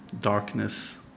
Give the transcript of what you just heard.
darkness